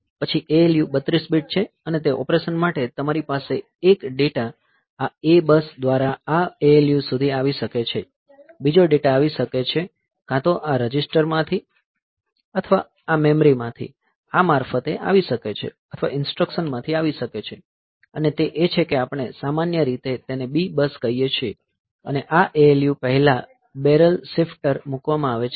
પછી ALU 32 bit છે અને તે ઑપરેશન માટે તમારી પાસે એક ડેટા આ A બસ દ્વારા આ ALU સુધી આવી શકે છે બીજો ડેટા આવી શકે છે કાં તો આ રજિસ્ટરમાંથી અથવા આ મેમરી માંથી આ મારફતે આવી શકે છે અથવા ઈન્સ્ટ્રકશન માંથી આવી શકે છે અને તે એ છે કે આપણે સામાન્ય રીતે તેને B બસ કહીએ છીએ અને આ ALU પહેલાં બેરલ શિફ્ટર મૂકવામાં આવે છે